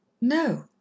No